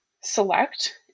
select